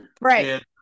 Right